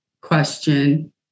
question